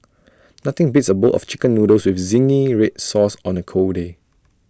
nothing beats A bowl of Chicken Noodles with Zingy Red Sauce on A cold day